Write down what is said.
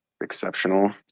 exceptional